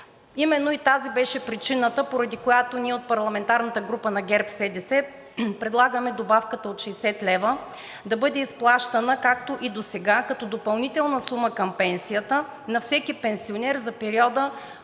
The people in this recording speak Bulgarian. Именно и тази беше причината, поради която ние от парламентарната група на ГЕРБ-СДС предлагаме добавката от 60 лв. да бъде изплащана както и досега – като допълнителна сума към пенсията на всеки пенсионер за периода